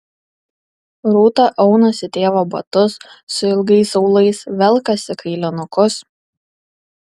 rūta aunasi tėvo batus su ilgais aulais velkasi kailinukus